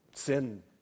Sin